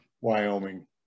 Wyoming